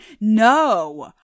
No